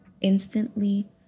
instantly